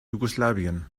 jugoslawien